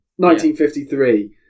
1953